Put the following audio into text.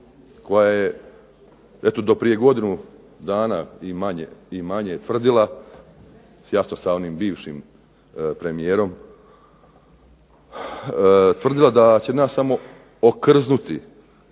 koja je eto do prije godinu dana i manje tvrdila, jasno sa onim bivšim premijerom, tvrdila da će nas samo okrznuti